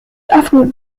affluent